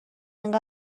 انقد